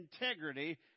integrity